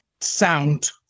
sound